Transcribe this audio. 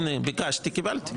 הינה, ביקשתי קיבלתי.